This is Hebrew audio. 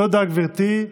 תודה, גברתי.